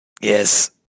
Yes